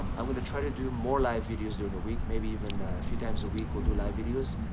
um i'm going to try to do more live videos during the week, maybe even a few times a week, we'll do live videos.